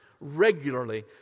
regularly